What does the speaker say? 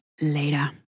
Later